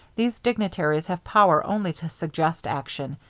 these dignitaries have power only to suggest action,